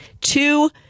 two